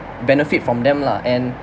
benefit from them lah and